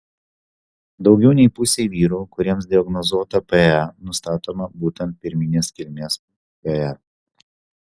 daugiau nei pusei vyrų kuriems diagnozuota pe nustatoma būtent pirminės kilmės pe